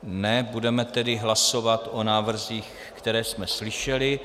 Ne, budeme tedy hlasovat o návrzích, které jsme slyšeli.